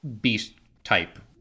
beast-type